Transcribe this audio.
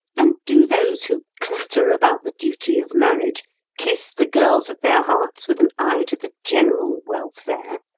and do those who clatter about the duty of marriage kiss the girls of their hearts with an eye to the general welfare?